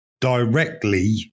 directly